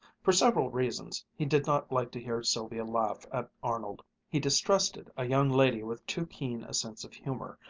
for several reasons he did not like to hear sylvia laugh at arnold. he distrusted a young lady with too keen a sense of humor,